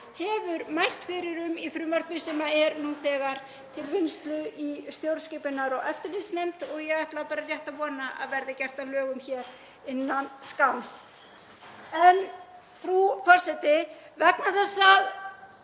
hefur mælt fyrir um í frumvarpi sem er nú þegar til vinnslu í stjórnskipunar- og eftirlitsnefnd og ég ætla rétt að vona að verði gert að lögum hér innan skamms. Frú forseti. Vegna þess að